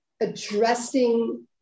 addressing